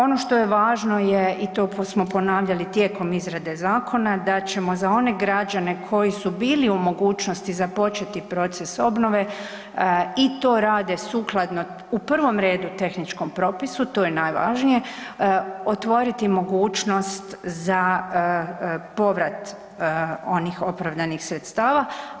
Ono što je važno i to smo ponavljali tijekom izrade zakona, da ćemo za one građani koji su bili u mogućnosti započeti proces obnove i to rade sukladno u prvom redu tehničkom propisu, to je najvažnije, otvoriti mogućnost za povrat onih opravdanih sredstava.